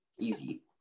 easy